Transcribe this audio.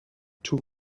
two